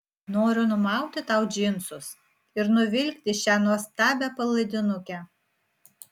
noriu numauti tau džinsus ir nuvilkti šią nuostabią palaidinukę